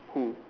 who